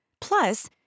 Plus